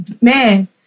Man